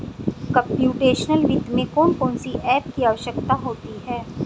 computational वित्त में कौन कौन सी एप की आवश्यकता होती है